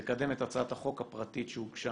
לקדם את הצעת החוק הפרטית שהוגשה